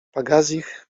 pagazich